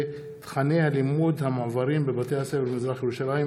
התשע"ז 2017,